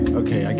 okay